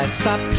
stop